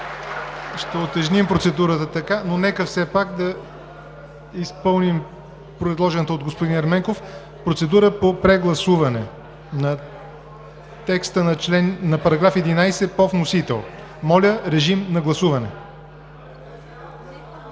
ще утежним процедурата, но нека все пак да изпълним предложената от господин Ерменков процедура по прегласуване на текста на § 11 по вносител. Моля, режим на гласуване по